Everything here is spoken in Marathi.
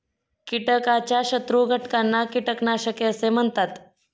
कीटकाच्या शत्रू घटकांना कीटकनाशके असे म्हणतात